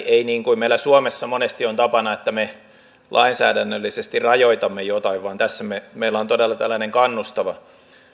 ei niin kuin meillä suomessa monesti on tapana että me lainsäädännöllisesti rajoitamme jotain vaan tässä meillä on todella tällainen kannustava